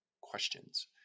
questions